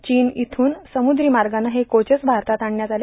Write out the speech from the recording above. चीन इथून समूद्री मागानं हे कोचेस भारतात आणण्यात आले